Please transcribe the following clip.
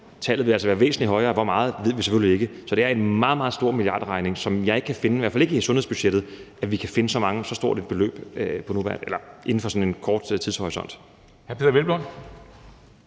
tallet vil altså være væsentlig højere; hvor meget ved vi selvfølgelig ikke. Så det er en meget, meget stor milliardregning, som jeg ikke kan placere, i hvert fald ikke i sundhedsbudgettet. Vi kan ikke finde så stort et beløb inden for sådan en kort tidshorisont.